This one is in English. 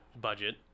budget